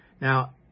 Now